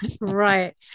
Right